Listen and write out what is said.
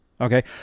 okay